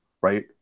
right